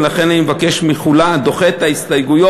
ולכן אני דוחה את ההסתייגויות,